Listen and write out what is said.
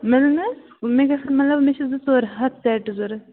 میلن حظ مےٚ گَژھن مطلب مےٚ چھِ زٕ ژور ہَتھ سٮ۪ٹ ضروٗرت